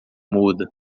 muda